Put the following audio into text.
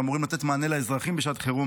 שאמורים לתת מענה לאזרחים בשעת חירום,